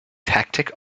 tactic